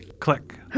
Click